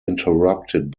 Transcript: interrupted